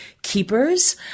Keepers